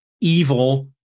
evil